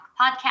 podcast